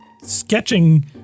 sketching